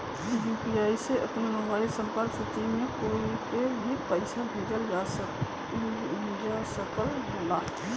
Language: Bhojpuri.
यू.पी.आई से अपने मोबाइल संपर्क सूची में कोई के भी पइसा भेजल जा सकल जाला